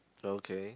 okay